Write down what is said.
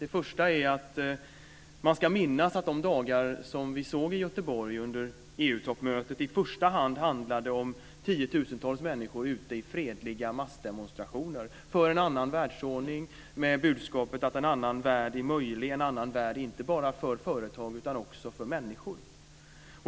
Det första är att man ska minnas att de dagar som vi upplevde i Göteborg under EU-toppmötet i första hand handlade om tiotusentals människor ute i fredliga massdemonstrationer, för en annan världsordning, med budskapet att en annan värld är möjlig, en annan värld inte bara för företag utan också för människor.